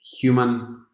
human